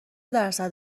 درصد